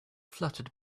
fluttered